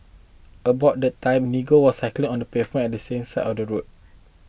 about that time Nigel was cycling on the pavement at the same side of the road